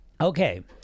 Okay